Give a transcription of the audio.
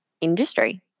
industry